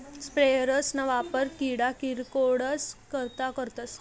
sprayers ना वापर किडा किरकोडस करता करतस